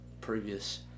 previous